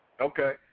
Okay